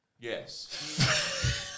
Yes